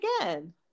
again